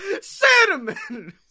Cinnamon